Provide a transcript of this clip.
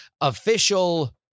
official